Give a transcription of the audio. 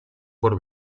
por